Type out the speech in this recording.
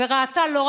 זה הכול.